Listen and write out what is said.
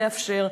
לאפשר.